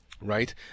right